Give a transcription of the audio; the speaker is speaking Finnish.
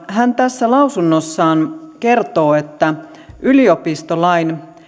hän tässä lausunnossaan kertoo että yliopistolain